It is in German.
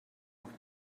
noch